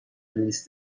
لیست